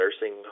nursing